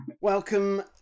Welcome